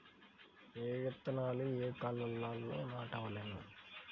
ఏ విత్తనాలు ఏ కాలాలలో నాటవలెను?